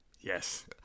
Yes